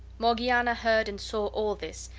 morgiana heard and saw all this,